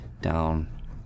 down